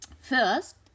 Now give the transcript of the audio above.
First